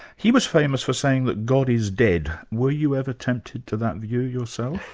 he was famous for saying that god is dead. were you ever tempted to that view yourself?